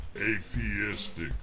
atheistic